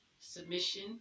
submission